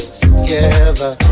together